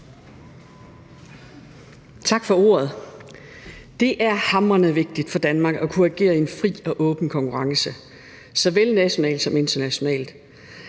Tak for ordet. Det er hamrende vigtigt for Danmark at kunne agere i en fri og åben konkurrence såvel nationalt som internationalt,